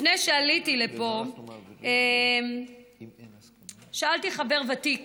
לפני שעליתי לפה שאלתי חבר ותיק